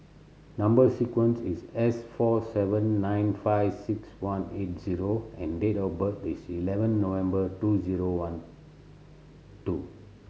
number sequence is S four seven nine five six one eight zero and date of birth is eleven November two zero one two